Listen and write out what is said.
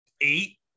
eight